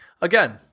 again